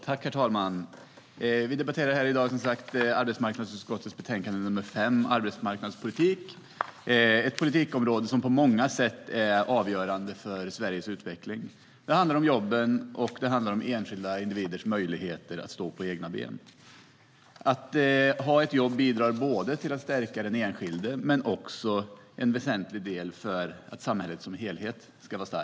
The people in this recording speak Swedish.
Herr talman! Vi ska i dag debattera arbetsmarknadsutskottets betänkande 5 Arbetsmarknadspolitik. Detta är ett politikområde som på många sätt är avgörande för Sveriges utveckling. Det handlar om jobben, och det handlar om enskilda individers möjligheter att stå på egna ben. Att människor har jobb bidrar inte bara till att stärka den enskilde utan utgör också en väsentlig del i att samhället som helhet är starkt.